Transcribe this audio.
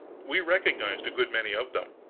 we recognized a good many of them.